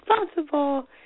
responsible